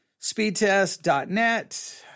speedtest.net